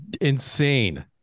Insane